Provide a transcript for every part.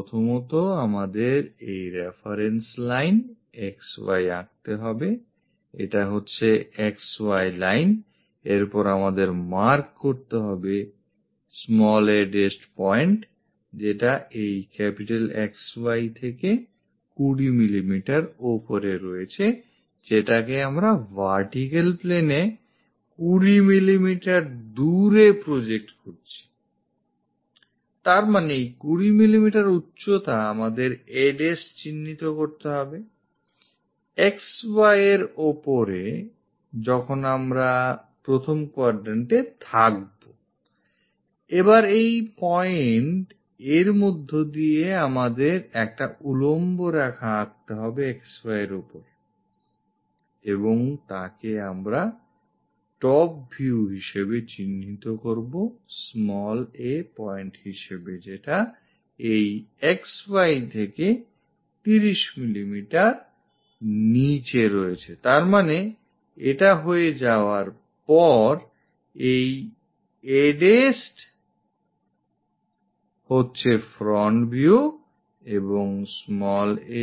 প্রথমত আমাদের এই রেফারেন্স লাইন XY আঁকতে হবে এটা হচ্ছে XY লাইনI এরপর আমাদের mark করতে হবে a' point যেটা এই XY থেকে কুড়ি মিলিমিটার উপরে রয়েছে যেটাকে আমরা vertical planeএ 20 মিলিমিটার দূরে project করেছিI তারমানে এই কুড়ি মিলিমিটার উচ্চতা আমাদের a' চিহ্নিত করতে হবে XY এর ওপরে যখন আমরা প্রথম quadrantএ থাকবোI এবার এই point এর মধ্য দিয়ে আমাদের একটা উলম্ব রেখা আঁকতে হবেXY এর ওপরI এবং তাকে আমরা top view হিসেবে চিহ্নিত করব a point হিসেবে যেটা এইXY থেকে 30 মিলিমিটার নিচে রয়েছেI তার মানে এটা হয়ে যাওয়ার পর এই a' হচ্ছে front view এবং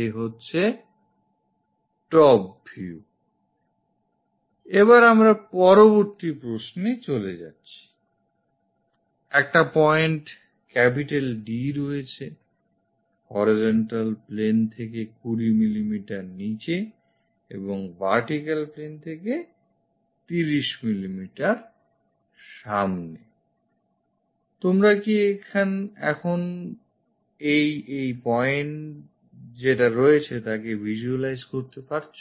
a হচ্ছে top view I এবার আমরা পরবর্তী প্রশ্ন চলে যাচ্ছি একটা point D রয়েছে horizontal plane থেকে 20 মিলিমিটার নিচে এবং vertical plane থেকে 30 মিলি মিটার সামনেI তোমরা কি এখন কিভাবে এই pointটা রয়েছে তাকে visualize করতে পারছো